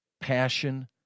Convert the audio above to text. passion